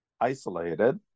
isolated